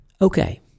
Okay